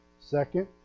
Second